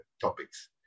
topics